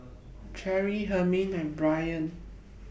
Cherri Hymen and Brain